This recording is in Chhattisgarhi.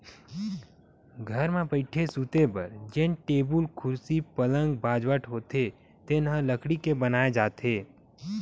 घर म बइठे, सूते बर जेन टेबुल, कुरसी, पलंग, बाजवट होथे तेन ह लकड़ी के बनाए जाथे